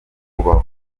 kubaho